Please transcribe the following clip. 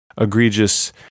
egregious